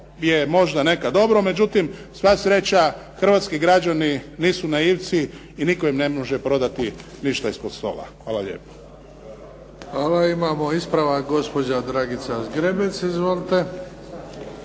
Hvala. Imamo ispravak, gospođa Dragica Zgrebec. Izvolite.